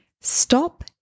Stop